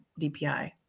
DPI